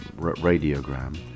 radiogram